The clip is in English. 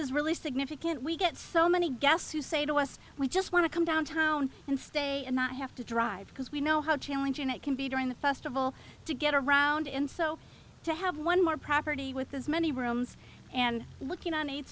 is really significant we get so many guests who say to us we just want to come downtown and stay and not have to drive because we know how challenging it can be during the festival to get around in so to have one more property with as many rooms and looking on